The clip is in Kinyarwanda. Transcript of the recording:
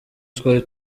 twari